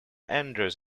andrews